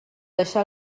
deixar